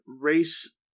race